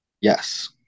Yes